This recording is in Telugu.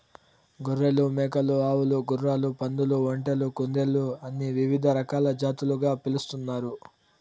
గొర్రెలు, మేకలు, ఆవులు, గుర్రాలు, పందులు, ఒంటెలు, కుందేళ్ళు అని వివిధ రకాల జాతులుగా పిలుస్తున్నారు